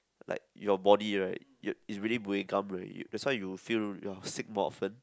like your body right your is already buay gam already that's why you feel you are sick more often